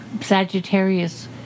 Sagittarius